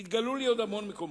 התגלו לי עוד המון מקומות.